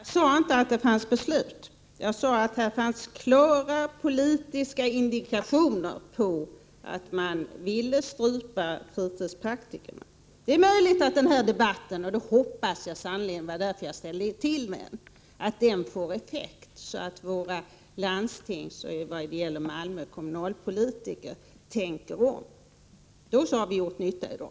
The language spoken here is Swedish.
Herr talman! Jag sade inte att det fanns beslut. Jag sade att det fanns klara politiska indikationer på att man ville ”strypa” fritidspraktikerna. Det är möjligt att den här debatten får effekt — det hoppas jag sannerligen, för det var därför jag ställde till med den — så att våra landstingspolitiker och vad gäller Malmö våra kommunalpolitiker tänker om. I så fall har vi gjort nytta i dag.